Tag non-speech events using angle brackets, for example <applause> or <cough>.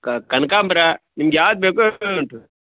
ಕ ಕನಕಾಂಬ್ರ ನಿಮ್ಗೆ ಯಾವ್ದು ಬೇಕೋ <unintelligible> ಉಂಟು